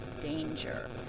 danger